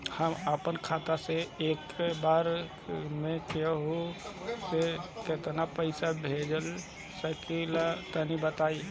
हम आपन खाता से एक बेर मे केंहू के केतना पईसा भेज सकिला तनि बताईं?